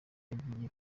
yagiye